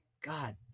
God